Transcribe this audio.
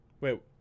Wait